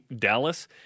Dallas